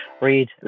read